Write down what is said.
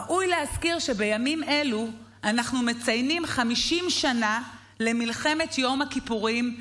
ראוי להזכיר שבימים אלו אנחנו מציינים 50 שנה למלחמת יום הכיפורים,